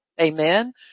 Amen